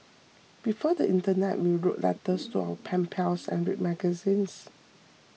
before the internet we wrote letters to our pen pals and read magazines